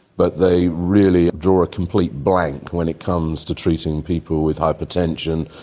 but they really draw a complete blank when it comes to treating people with hypertension,